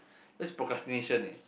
that's procrastination leh